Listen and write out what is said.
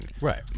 Right